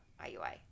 IUI